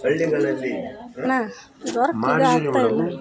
ಅಣ್ಣಾ ವರ್ಕ್ ಇದು ಆಗ್ತಾ ಇಲ್ಲ